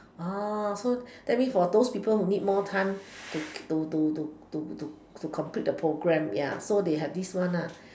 uh so that means for those people who need more time to to to to to to complete the programme ya so they have this one lah